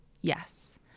Yes